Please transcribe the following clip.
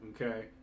Okay